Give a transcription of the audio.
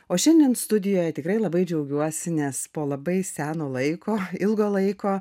o šiandien studijoje tikrai labai džiaugiuosi nes po labai seno laiko ilgo laiko